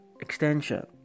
extension